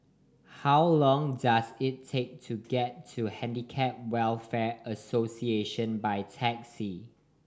how long does it take to get to Handicap Welfare Association by taxi